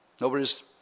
Nobody's